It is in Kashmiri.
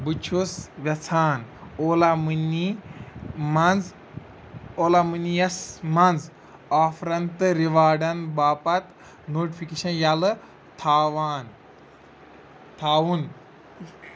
بہٕ چھُس یَژھان اولا مٔنی منٛز اولا مٔنیَس منٛز آفرَن تہٕ رِواڈَن باپَتھ نوٹفِکیشن یَلہٕ تھاوان تھاوُن